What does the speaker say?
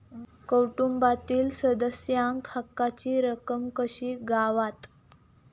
कुटुंबातील सदस्यांका हक्काची रक्कम कशी गावात?